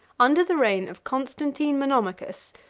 under the reign of constantine monomachus,